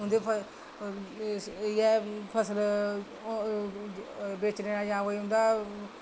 उं'दे इ'यै फसल बेचने दा जां कोई उं'दा